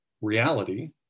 reality